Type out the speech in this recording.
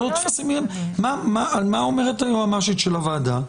מה אומרת היועצת המשפטית של הוועדה?